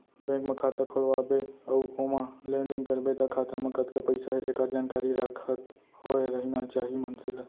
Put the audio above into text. bank म खाता खोलवा बे अउ ओमा लेन देन करबे त खाता म कतका पइसा हे एकर जानकारी राखत होय रहिना चाही मनसे ल